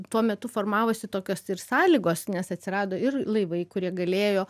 tuo metu formavosi tokios ir sąlygos nes atsirado ir laivai kurie galėjo